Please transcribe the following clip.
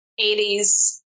80s